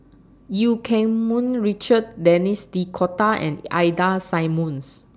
EU Keng Mun Richard Denis D'Cotta and Ida Simmons